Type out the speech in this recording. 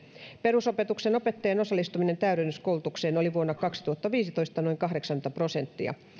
perusopetuksen opettajien osallistuminen täydennyskoulutukseen oli vuonna kaksituhattaviisitoista noin kahdeksankymmentä prosenttia